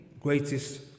greatest